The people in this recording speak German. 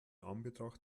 anbetracht